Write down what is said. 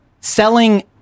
selling